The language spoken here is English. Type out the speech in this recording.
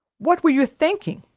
what were you thinking?